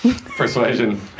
persuasion